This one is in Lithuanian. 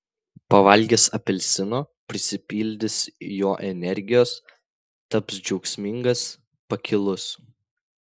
pavalgęs apelsino prisipildys jo energijos taps džiaugsmingas pakilus